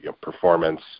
performance